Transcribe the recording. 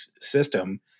system